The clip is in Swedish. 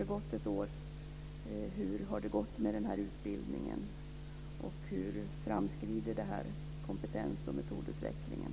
Då kan jag fråga: Hur har det gått med den här utbildningen, och hur framskrider den här kompetens och metodutvecklingen?